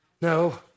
No